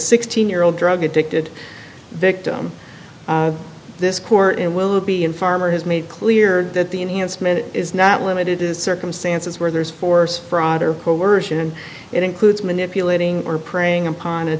sixteen year old drug addicted victim this court and will be in farmer has made clear that the enhancement is not limited to circumstances where there is force fraud or coercion and it includes manipulating or preying upon